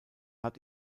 hat